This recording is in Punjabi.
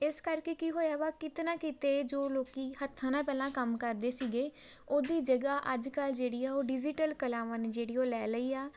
ਇਸ ਕਰਕੇ ਕੀ ਹੋਇਆ ਵਾ ਕਿਤੇ ਨਾ ਕਿਤੇ ਜੋ ਲੋਕ ਹੱਥਾਂ ਨਾਲ ਪਹਿਲਾਂ ਕੰਮ ਕਰਦੇ ਸੀਗੇ ਉਹਦੀ ਜਗ੍ਹਾ ਅੱਜ ਕੱਲ੍ਹ ਜਿਹੜੀ ਆ ਉਹ ਡਿਜੀਟਲ ਕਲਾਵਾਂ ਨੇ ਜਿਹੜੀ ਉਹ ਲੈ ਲਈ ਆ